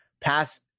Pass